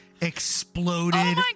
exploded